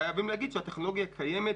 חייבים להגיד שהטכנולוגיה קיימת.